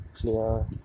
clear